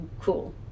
cool